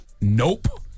Nope